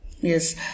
Yes